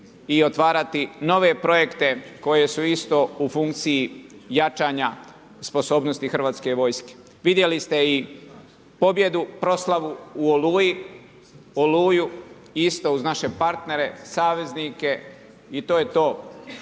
i otvarati nove projekte, koji su isto u funkciji jačanja sposobnosti hrvatske vojske. Vidjeli ste i pobjedu proslavu u Oluji, Oluju, isto uz naše partnere, saveznike i to je to.